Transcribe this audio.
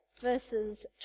verses